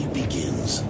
begins